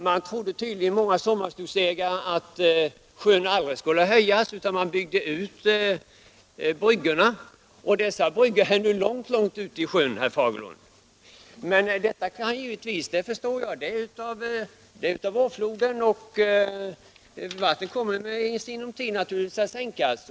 Många sommarstugeägare har tydligen trott att sjön aldrig skulle kunna höja sin vattennivå. Man har byggt ut bryggorna, och dessa ser man nu långt ute i sjön, herr Fagerlund. Så har det blivit genom vårfloden, och vattnet kommer givetvis i sinom tid att sjunka.